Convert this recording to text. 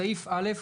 בסעיף (א),